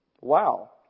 Wow